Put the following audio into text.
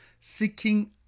seeking